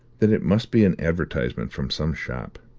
that it must be an advertisement from some shop.